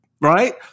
right